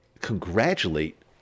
congratulate